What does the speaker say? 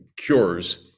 cures